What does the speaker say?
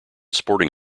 sporting